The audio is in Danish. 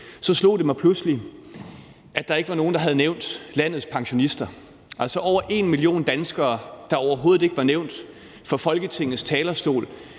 – slog det mig pludselig, at der ikke var nogen, der havde nævnt landets pensionister. Altså, der er over en million danskere, der overhovedet ikke er blevet nævnt fra Folketingets talerstol,